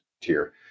tier